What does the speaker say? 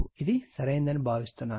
ఇది సరైనదని భావిస్తున్నాను